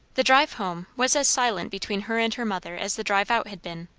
the drive home was as silent between her and her mother as the drive out had been.